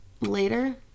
later